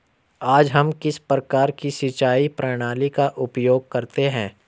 आज हम किस प्रकार की सिंचाई प्रणाली का उपयोग करते हैं?